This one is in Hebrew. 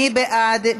מי בעד?